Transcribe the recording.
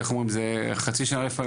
זה חצי שנה לפעמים.